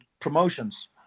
promotions